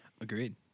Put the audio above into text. Agreed